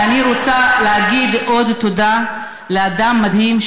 ואני רוצה להגיד עוד תודה לאדם מדהים,